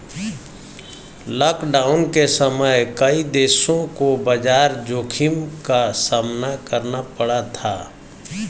lockdown के समय कई देशों को बाजार जोखिम का सामना करना पड़ा था